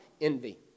Envy